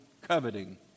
coveting